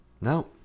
no